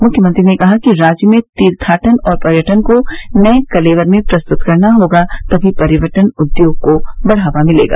मुख्यमंत्री ने कहा कि राज्य में तीर्थाटन और पर्यटन को नये कलेवर में प्रस्तुत करना होगा तभी पर्यटन उद्योग को बढ़ावा मिलेगा